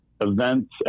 events